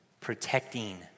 protecting